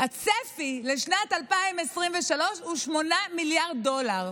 הצפי לשנת 2023 הוא 8 מיליארד דולר,